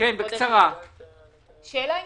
שאלה עניינית.